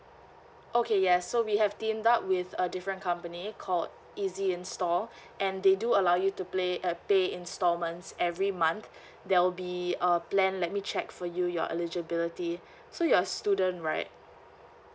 okay yes so we have teamed up with a different company called easy install and they do allow you to play uh pay instalments every month there will be a plan let me check for you your eligibility so you're student right